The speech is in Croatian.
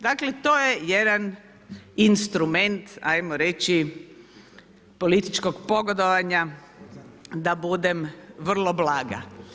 Dakle, to je jedan instrument, ajmo reći političkog pogodovanja da budem vrlo blaga.